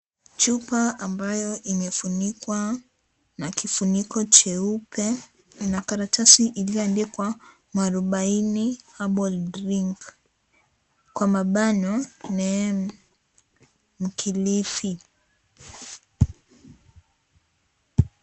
Chupa ambayo imefunikwa na kifuniko cheupe ina karatasi iliyoandikwa " Mwarubaini Herbal drink ". Kwa mabano NEEM Kilifi.